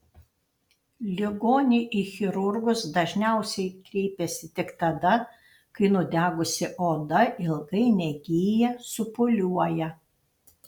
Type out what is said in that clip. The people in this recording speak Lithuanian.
ligoniai į chirurgus dažniausiai kreipiasi tik tada kai nudegusi oda ilgai negyja supūliuoja